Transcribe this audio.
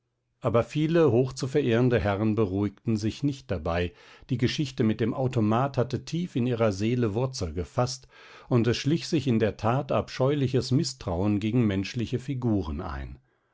aber viele hochzuverehrende herren beruhigten sich nicht dabei die geschichte mit dem automat hatte tief in ihrer seele wurzel gefaßt und es schlich sich in der tat abscheuliches mißtrauen gegen menschliche figuren ein